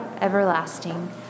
everlasting